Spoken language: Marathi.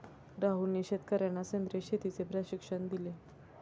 राहुलने शेतकर्यांना सेंद्रिय शेतीचे प्रशिक्षण दिले